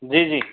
जी जी